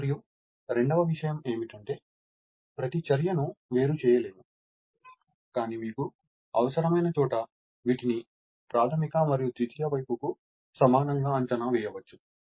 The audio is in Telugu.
అది మరియు రెండవ విషయం ఏమిటంటే ప్రతిచర్యను వేరు చేయలేము కానీ మీకు అవసరమైన చోట వీటిని ప్రాధమిక మరియు ద్వితీయ వైపుకు సమానంగా అంచనా వేయవచ్చు